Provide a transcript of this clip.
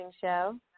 show